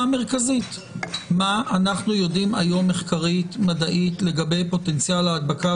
המרכזית שהיא מה אנחנו יודעים היום מחקרית-מדעית לגבי פוטנציאל ההדבקה